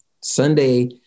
Sunday